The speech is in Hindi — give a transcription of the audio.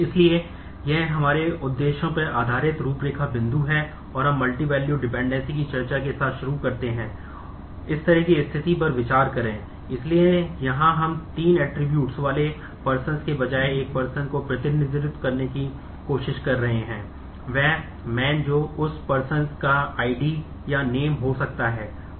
इसलिए ये हमारे उद्देश्यों पर आधारित रूपरेखा बिंदु हैं और हम मल्टीवैल्यूड डिपेंडेंसी वाले Persons के बजाय एक Persons का प्रतिनिधित्व करने की कोशिश कर रहे हैं वह Man जो उस Persons का ID या name हो सकता है Phone और Dogs Like